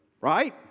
Right